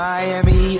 Miami